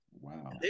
Wow